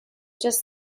just